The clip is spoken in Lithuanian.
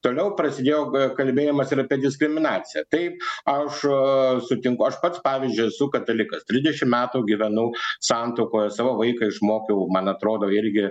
toliau prasidėjo kalbėjimas ir apie diskriminaciją taip aš sutinku aš pats pavyzdžiui esu katalikas trisdešim metų gyvenu santuokoje savo vaiką išmokiau man atrodo irgi